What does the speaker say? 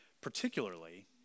Particularly